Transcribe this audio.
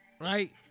right